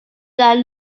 that